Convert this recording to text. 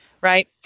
Right